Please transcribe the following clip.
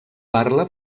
parla